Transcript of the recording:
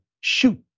shoot